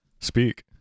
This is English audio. speak